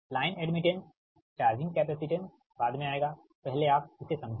line admittance charging capacitance बाद में आएगा पहले आप इसे समझें